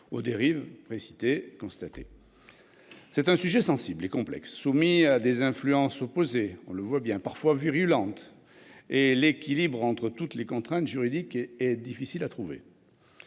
aux dérives précitées constatées. C'est un sujet sensible et complexe, soumis à des influences opposées, parfois virulentes, et l'équilibre entre toutes les contraintes juridiques est difficile à trouver.